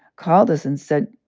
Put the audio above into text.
called us and said,